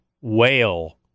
whale